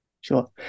Sure